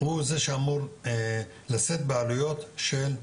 הוא שאמור לשאת בעלויות של הרישומים.